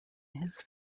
his